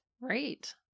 Right